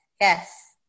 yes